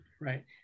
right